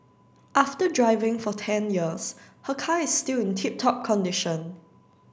after driving for ten years her car is still in tip top condition